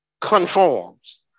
conforms